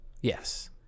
Yes